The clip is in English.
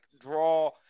draw